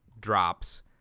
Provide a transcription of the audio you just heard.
drops